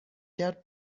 کرد